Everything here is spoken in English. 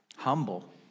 humble